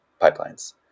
pipelines